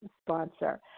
sponsor